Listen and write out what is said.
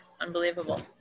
Unbelievable